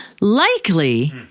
Likely